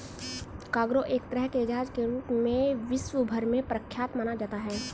cargo एक तरह के जहाज के रूप में विश्व भर में प्रख्यात माना जाता है